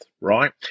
right